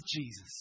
Jesus